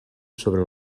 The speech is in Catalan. sobre